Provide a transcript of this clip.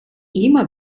immer